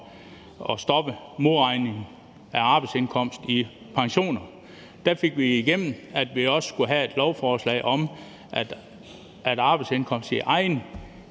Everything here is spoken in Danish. at stoppe modregningen af arbejdsindkomst i pensioner, fik igennem, at vi også skulle have et lovforslag om, at arbejdsindkomst heller